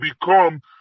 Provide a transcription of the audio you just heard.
become